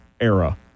era